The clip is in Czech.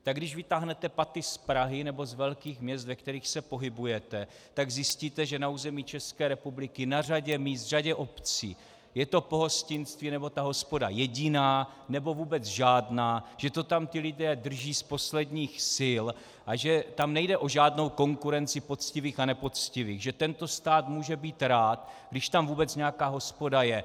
Tak když vytáhnete paty z Prahy nebo z velkých měst, ve kterých se pohybujete, zjistíte, že na území České republiky, na řadě míst, v řadě obcí, je to pohostinství nebo ta hospoda jediná nebo vůbec žádná, že to tam ti lidé drží z posledních sil a že tam nejde o žádnou konkurenci poctivých a nepoctivých, že tento stát může být rád, když tam vůbec nějaká hospoda je.